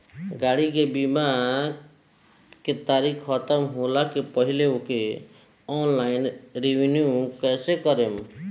गाड़ी के बीमा के तारीक ख़तम होला के पहिले ओके ऑनलाइन रिन्यू कईसे करेम?